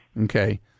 Okay